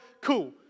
Cool